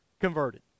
Converted